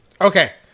Okay